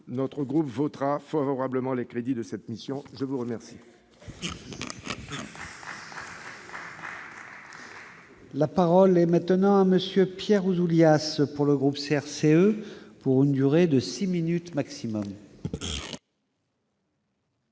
notre groupe votera favorablement les crédits de cette mission. La parole